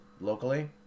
locally